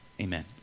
Amen